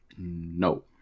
No